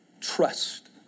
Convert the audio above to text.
Trust